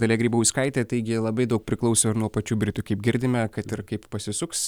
dalia grybauskaitė taigi labai daug priklauso ir nuo pačių britų kaip girdime kad ir kaip pasisuks